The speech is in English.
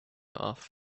off